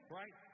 right